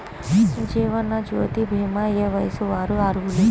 జీవనజ్యోతి భీమా ఏ వయస్సు వారు అర్హులు?